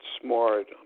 smart